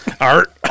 art